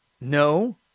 No